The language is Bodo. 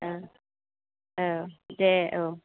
औ दे औ